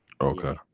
okay